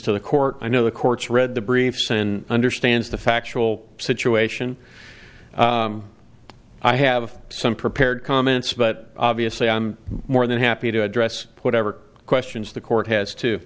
to the court i know the courts read the briefs and understands the factual situation i have some prepared comments but obviously i'm more than happy to address whatever questions the court has to